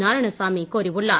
நாராயணசாமி கூறியுள்ளார்